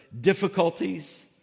difficulties